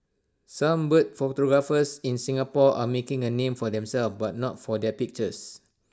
some bird photographers in Singapore are making A name for themselves but not for their pictures